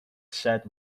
set